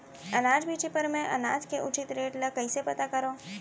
अनाज बेचे बर मैं अनाज के उचित रेट ल कइसे पता करो?